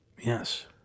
Yes